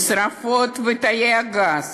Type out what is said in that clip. משרפות ותאי הגז,